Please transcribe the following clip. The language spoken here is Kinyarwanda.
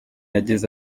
yagize